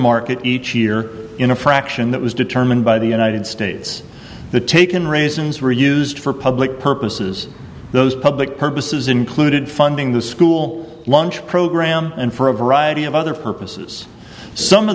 market each year in a fraction that was determined by the united states the taken raisins were used for public purposes those public purposes included funding the school lunch program and for a variety of other purposes some of